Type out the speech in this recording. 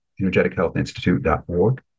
energetichealthinstitute.org